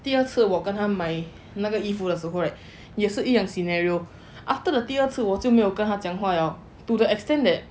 第二次我跟他买那个衣服的时候 right 也是一样 scenario after the 第二次我就没有跟他讲话了 to the extent that